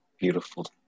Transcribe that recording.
Beautiful